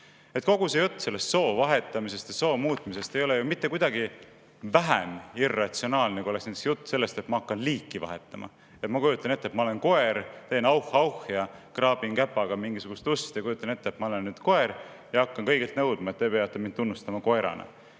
on. Kogu see jutt soo vahetamisest ja soo muutmisest ei ole ju mitte kuidagi vähem irratsionaalne kui näiteks jutt sellest, et ma hakkan liiki vahetama, et ma kujutan ette, et ma olen koer, teen auh-auh ja kraabin käpaga ust ja kujutan ette, et ma olen koer ja hakkan nõudma, et te peate mind tunnustama koerana.